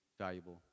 valuable